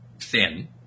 thin